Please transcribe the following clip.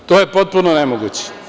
To je potpuno nemoguće.